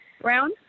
Brown